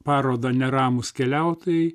parodą neramūs keliautojai